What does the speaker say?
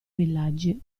villaggi